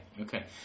Okay